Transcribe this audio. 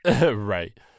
right